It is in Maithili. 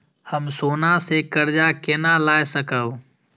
हम सोना से कर्जा केना लाय सकब?